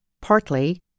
Partly